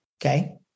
Okay